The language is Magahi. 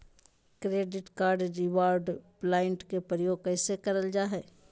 क्रैडिट कार्ड रिवॉर्ड प्वाइंट के प्रयोग कैसे करल जा है?